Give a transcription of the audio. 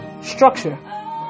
structure